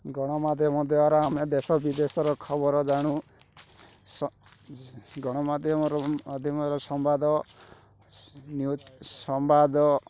ଗଣମାଧ୍ୟମ ଦ୍ୱାରା ଆମେ ଦେଶ ବିଦେଶର ଖବର ଜାଣୁ ଗଣମାଧ୍ୟମରୁ ମାଧ୍ୟମରୁ ସମ୍ବାଦ ନ୍ୟୁଜ୍ ସମ୍ବାଦ